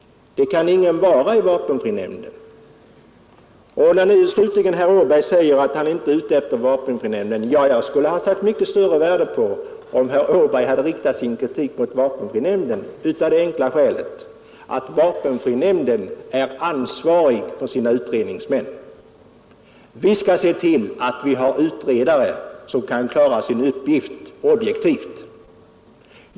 Det kan ingen i vapenfrinämnden göra. Slutligen säger herr Åberg att han inte är ute efter vapenfrinämnden. Jag skulle ha satt mycket större värde på att han riktat sin kritik mot vapenfrinämnden, detta av det enkla skälet att vapenfrinämnden är ansvarig för sina utredningsmän. Vi skall se till att vi har utredare som kan klara sin uppgift objektivt.